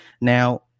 Now